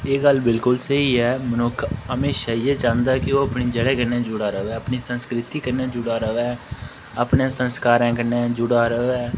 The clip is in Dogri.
एह् गल्ल बिल्कुल स्हेई ऐ मनुक्ख हमेशा इ'यै चाहन्दा कि ओह् अपनी जड़ें कन्नै जुड़ै रवै अपनी संस्कृति कन्नै जुड़ै रवै अपने संस्कारें कन्नै जुड़ै रवै